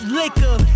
liquor